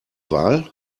wahl